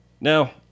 Now